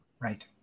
Right